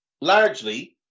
largely